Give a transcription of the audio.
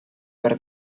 per